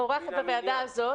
אורחת בוועדה הזאת.